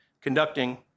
conducting